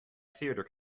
theater